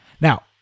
Now